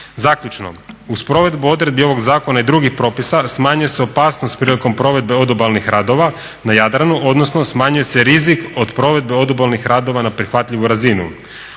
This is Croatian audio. Zaključno, uz provedbu odredbi ovog zakona i drugih propisa smanjuje se opasnost prilikom provedbe odobalnih radova na Jadranu, odnosno smanjuje se rizik od provedbe odobalnih radova na prihvatljivu razinu.